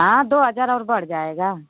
हाँ दो हजार और बढ़ जाएगा